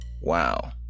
Wow